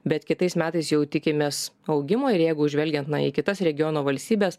bet kitais metais jau tikimės augimo ir jeigu žvelgiant į kitas regiono valstybes